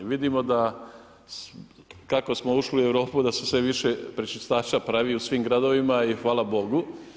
Vidimo da kako smo ušli u Europu da se sve više pročišćivača pravi u svim gradovima i hvala Bogu.